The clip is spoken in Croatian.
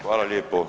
Hvala lijepo.